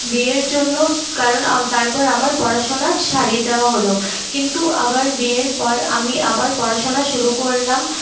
বিয়ের জন্য কারণ তারপর আমার পড়াশোনা ছাড়িয়ে দেওয়া হল কিন্তু আবার বিয়ের পর আমি আবার পড়াশোনা শুরু করলাম